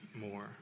more